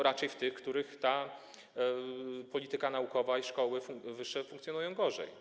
Raczej w tych, w których polityka naukowa i szkoły wyższe funkcjonują gorzej.